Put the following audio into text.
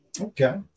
Okay